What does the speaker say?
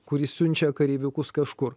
kuris siunčia kareiviukus kažkur